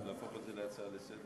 להפוך את זה להצעה לסדר-היום?